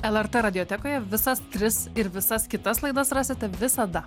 lrt radiotekoje visas tris ir visas kitas laidas rasite visada